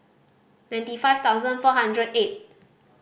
ninety five thousand four hundred eight